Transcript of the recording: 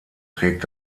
trägt